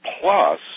Plus